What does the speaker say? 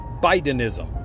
Bidenism